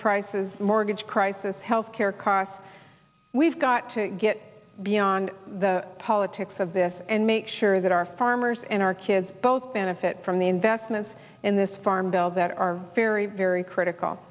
prices mortgage crisis health care costs we've got to get beyond the politics of this and make sure that our farmers and our kids both benefit from the investments in this farm bill that are very very critical